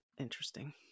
interesting